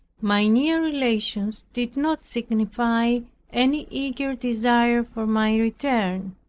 my near relations did not signify any eager desire for my return.